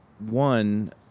One